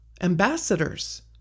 ambassadors